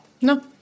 No